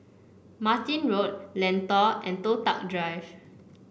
Martin Road Lentor and Toh Tuck Drive